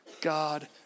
God